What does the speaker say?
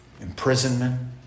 Imprisonment